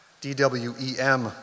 D-W-E-M